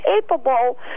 capable